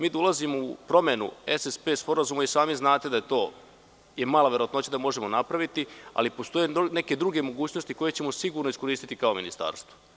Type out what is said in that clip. Mi dolazimo u promenu SSP sporazuma, i sami zante da je to i mala verovatnoća da možemo napraviti, ali postoje neke druge mogućnosti koje ćemo sigurno iskoristiti kao ministarstvo.